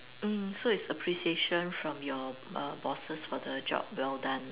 mm so it's appreciation from your err bosses for the job well done